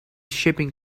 shipping